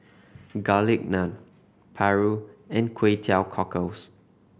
Garlic Naan paru and Kway Teow Cockles